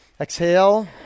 Exhale